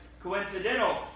coincidental